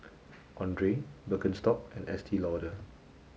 Andre Birkenstock and Estee Lauder